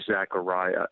Zechariah